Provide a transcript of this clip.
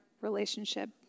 relationship